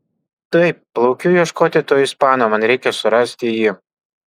taip plaukiu ieškoti to ispano man reikia surasti jį